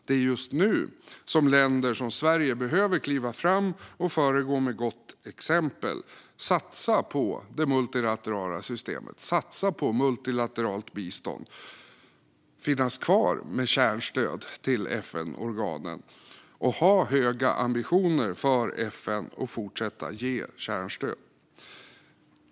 Det är just nu länder som Sverige behöver kliva fram och föregå med gott exempel, satsa på det multilaterala systemet och biståndet, behålla kärnstödet till FN-organen och ha höga ambitioner för FN.